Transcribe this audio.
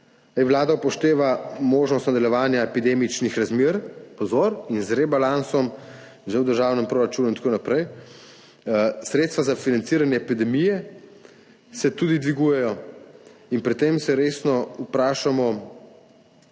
Vlada upošteva možnost nadaljevanja epidemičnih razmer, pozor, z rebalansom že v državnem proračunu in tako naprej, sredstva za financiranje epidemije se tudi dvigujejo. Pri tem se resno vprašamo,